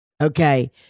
Okay